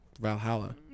Valhalla